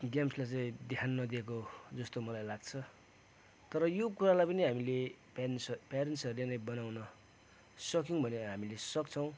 गेम्सलाई चाहिँ ध्यान नदिएको जस्तो मलाई लाग्छ तर यो कुरालाई पनि हामीले प्यारेन्ट्सहरू प्यारेन्ट्सहरूले नै बनाउन सक्यौँ भने हामीले सक्छौँ